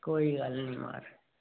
कोई गल्ल नी